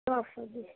सभ सब्जी